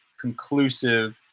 conclusive